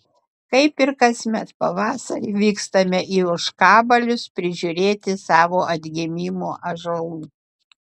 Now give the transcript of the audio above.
kaip ir kasmet pavasarį vykstame į ožkabalius prižiūrėti savo atgimimo ąžuolų